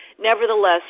Nevertheless